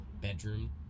bedroom